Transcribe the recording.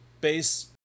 base